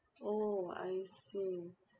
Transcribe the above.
oh I see